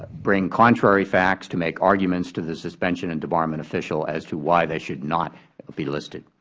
bring contrary facts, to make arguments to the suspension and debarment official as to why they should not be listed.